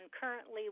currently